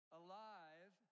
alive